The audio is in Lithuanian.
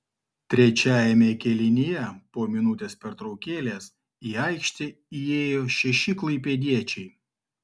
trečiajame kėlinyje po minutės pertraukėlės į aikštę įėjo šeši klaipėdiečiai